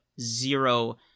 zero